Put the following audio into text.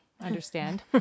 understand